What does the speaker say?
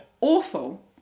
Awful